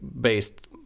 based